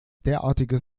derartiges